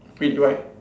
really why